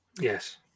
Yes